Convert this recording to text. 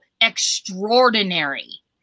extraordinary